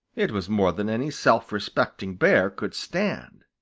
it was more than any self-respecting bear could stand.